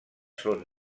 són